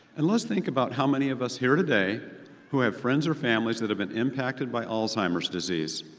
and, let's think about how many of us here today who have friends or family that have been impacted by alzheimer's disease.